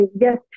Yes